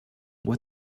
what